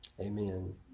amen